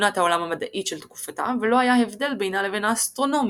לתמונת העולם המדעית של תקופתה ולא היה הבדל בינה לבין האסטרונומיה,